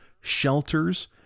shelters